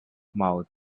mouth